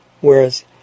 Whereas